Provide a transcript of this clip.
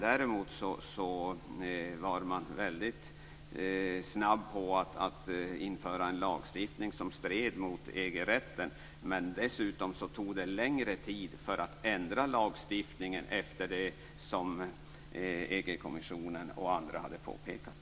Däremot var man väldigt snabb med att införa en lagstiftning som stred mot EG-rätten. Dessutom tog det längre tid att ändra lagstiftningen efter det som EG-kommissionen och andra hade påpekat.